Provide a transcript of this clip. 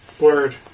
Word